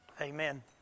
Amen